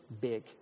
big